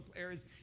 areas